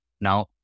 Now